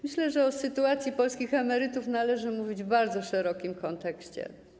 Myślę, że o sytuacji polskich emerytów należy mówić w bardzo szerokim kontekście.